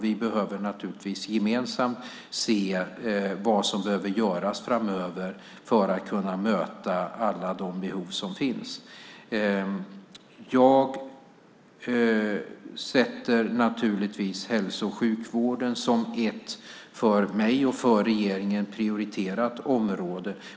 Vi behöver naturligtvis gemensamt se vad som behöver göras framöver för att kunna möta alla de behov som finns. Jag sätter givetvis hälso och sjukvården som ett för mig och för regeringen prioriterat område.